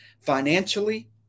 financially